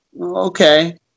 okay